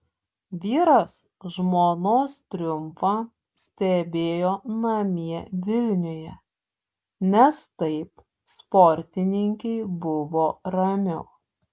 vyras žmonos triumfą stebėjo namie vilniuje nes taip sportininkei buvo ramiau